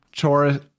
chorus